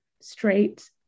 straight